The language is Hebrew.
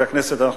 חקיקה),